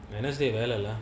wednesday வேல:vela lah